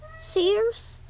Sears